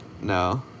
No